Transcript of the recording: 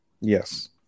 Yes